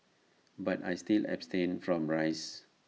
but I still abstain from rice